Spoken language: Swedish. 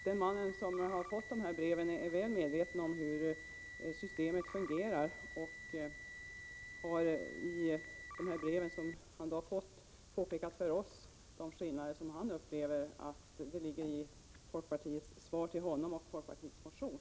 Den man som har fått detta brev är väl medveten om hur systemet fungerar och har påpekat de skillnader som han upplever mellan folkpartiets svar till honom och folkpartiets motion.